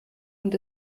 und